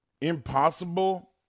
impossible